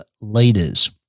leaders